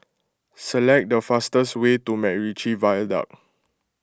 select the fastest way to MacRitchie Viaduct